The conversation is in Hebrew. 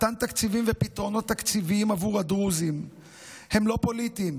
תקציבים ופתרונות תקציביים עבור הדרוזים הם לא פוליטיים,